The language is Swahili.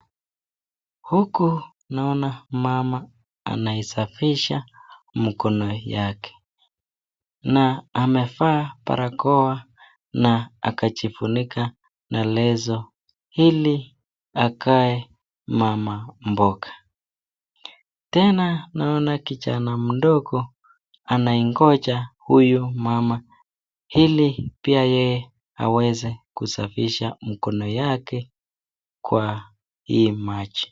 Huku naona mama anaisafisha mikono yake, amevaa barakoa na akajifunika na leso, ili akae mama mboga, tena naona kijana mdogo, anayengoja mama huyu, ili pia yeye aweze kusafisha mikono yake kwa hii maji.